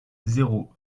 zéro